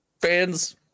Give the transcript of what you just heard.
fans